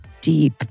deep